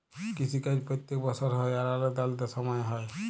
কিসি কাজ প্যত্তেক বসর হ্যয় আর আলেদা আলেদা সময়ে হ্যয়